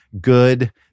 good